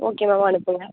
okay ma'am அனுப்புங்கள்